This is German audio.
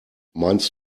meinst